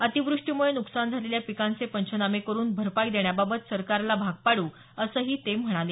अतिव्रष्टीमुळे नुकसान झालेल्या पिकांचे पंचनामे करुन भरपाई देण्याबाबत सरकारला भाग पाडू असं ते म्हणाले